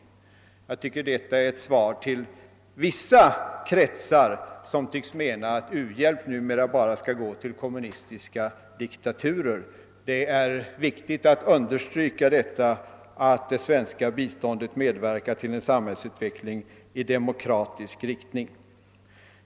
Jag tycker detta är ett svar till vissa kretsar som tycks mena att u-hjälp numera bara skall gå till kommunistiska diktaturer. Det är därför viktigt att det understryks att det svenska biståndet medverkar till en samhällsutveckling i demokratisk riktning.